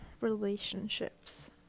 relationships